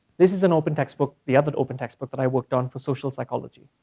this is an open textbook, the other open textbook that i worked on for social psychology.